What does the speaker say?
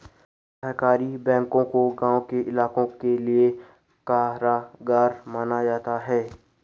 सहकारी बैंकों को गांव के इलाकों के लिये कारगर माना जाता है